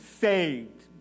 saved